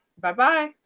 Bye-bye